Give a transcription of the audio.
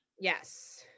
Yes